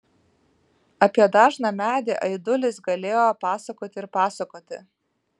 apie dažną medį aidulis galėjo pasakoti ir pasakoti